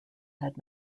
had